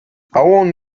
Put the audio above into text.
avon